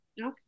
Okay